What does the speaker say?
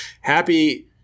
happy